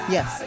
Yes